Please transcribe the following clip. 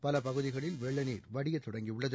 பல பகுதிகளில் வெள்ள நீர் வடியத் தொடங்கியுள்ளது